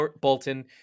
Bolton